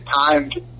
timed